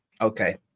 Okay